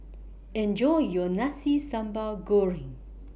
Enjoy your Nasi Sambal Goreng